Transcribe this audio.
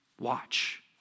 watch